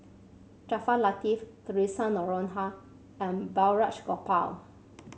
Jaafar Latiff Theresa Noronha and Balraj Gopal